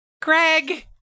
Craig